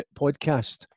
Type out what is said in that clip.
podcast